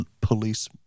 police